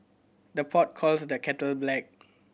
the pot calls the kettle black